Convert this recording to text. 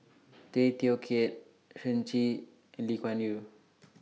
Tay Teow Kiat Shen Xi and Lee Kuan Yew